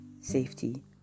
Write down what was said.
safety